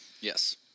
Yes